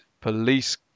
Police